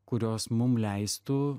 kurios mum leistų